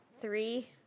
Three